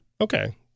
Okay